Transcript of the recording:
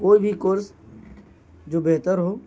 کوئی بھی کورس جو بہتر ہو